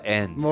end